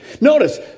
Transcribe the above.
Notice